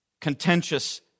contentious